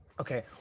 Okay